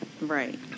Right